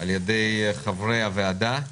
על ידי חברי הוועדה,